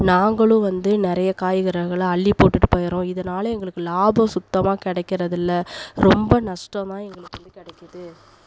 நாங்களும் வந்து நிறைய காய்கறிகளை அள்ளி போட்டுட்டு போயிடறோம் இதனால எங்களுக்கு லாபம் சுத்தமாக கிடைக்கறதுல்ல ரொம்ப நஷ்டந்தான் எங்களுக்கு வந்து கிடைக்குது